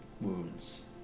wounds